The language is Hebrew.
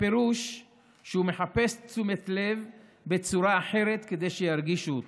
הפירוש הוא שהוא מחפש תשומת לב בצורה אחרת כדי שירגישו אותו.